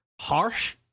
harsh